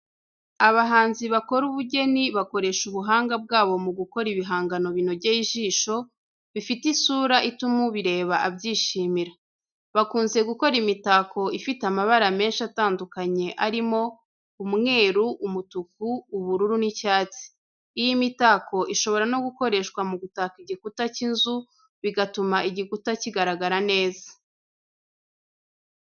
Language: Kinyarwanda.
Abahanzi bakora ubugeni bakoresha ubuhanga bwabo mu gukora ibihangano binogeye ijisho, bifite isura ituma ubireba abyishimira. Bakunze gukora imitako ifite amabara menshi atandukanye arimo: umweru, umutuku, ubururu n'icyatsi. Iyi mitako ishobora no gukoreshwa mu gutaka igikuta cy'inzu, bigatuma igikuta kigaragara neza.